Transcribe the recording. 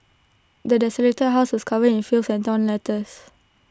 the desolated house was covered in filth and torn letters